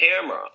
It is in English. camera